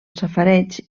safareig